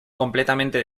completamente